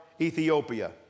Ethiopia